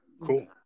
cool